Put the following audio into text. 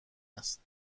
است